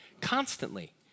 Constantly